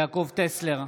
יעקב טסלר,